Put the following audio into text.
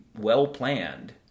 well-planned